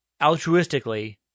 altruistically